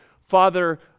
father